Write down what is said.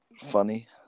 funny